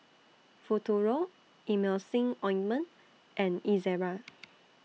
Futuro Emulsying Ointment and Ezerra